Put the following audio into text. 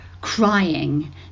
crying